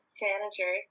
manager